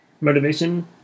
motivation